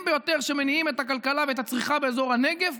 ביותר שמניעים את הכלכלה ואת הצריכה באזור הנגב,